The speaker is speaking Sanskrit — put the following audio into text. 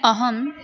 अहं